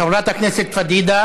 חברת הכנסת פדידה